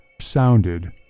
sounded